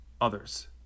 others